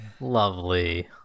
Lovely